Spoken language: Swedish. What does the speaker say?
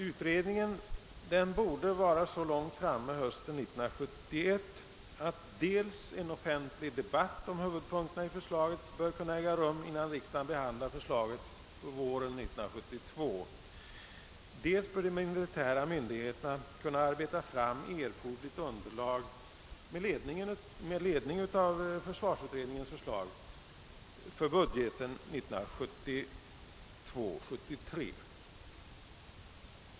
Utredningen borde vara så långt framme hösten 1971 att dels en offentlig debatt om huvudpunkterna i förslaget bör kunna äga rum innan riksdagen behandlar förslaget våren 1972, dels att de militära myndigheterna med ledning av försvarsutredningens förslag kan arbeta fram erforderligt underlag för budgeten 1972/73.